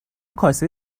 کاسه